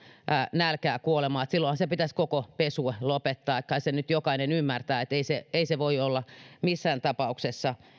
nälkään kuolemaan eli silloinhan pitäisi koko pesue lopettaa kai sen nyt jokainen ymmärtää ettei se voi olla missään tapauksessa